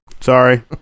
Sorry